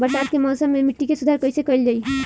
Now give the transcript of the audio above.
बरसात के मौसम में मिट्टी के सुधार कइसे कइल जाई?